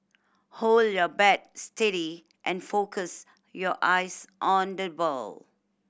hold your bat steady and focus your eyes on the ball